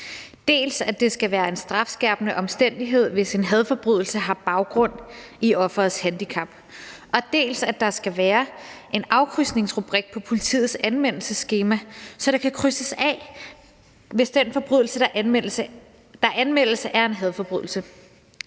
Dels skal det være en strafskærpende omstændighed, hvis en hadforbrydelse har baggrund i offerets handicap, dels skal der være en afkrydsningsrubrik på politiets anmeldelsesskema, så der kan krydses af, hvis den forbrydelse, der anmeldes, er en hadforbrydelse.